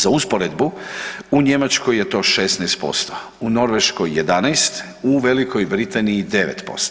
Za usporedbu u Njemačkoj je to 16%, u Norveškoj 11, u Velikoj Britaniji 9%